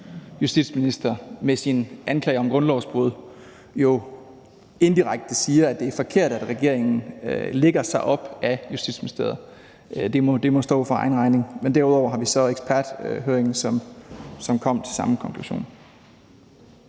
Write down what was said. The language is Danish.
justitsminister, med sin anklage om grundlovsbrud jo indirekte siger, at det er forkert, at regeringen lægger sig op ad Justitsministeriet, må stå for egen regning. Derudover har vi så eksperthøringen, der kom til samme konklusion.